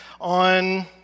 on